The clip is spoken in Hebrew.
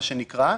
מה שנקרא,